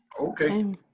Okay